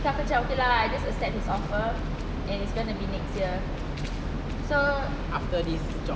tu aku macam okay lah I just accept his offer and is going to be next year so